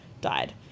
died